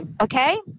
okay